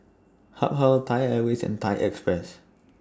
Habhal Thai Airways and Thai Express